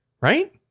right